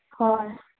ꯍꯣꯏ